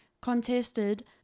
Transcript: contested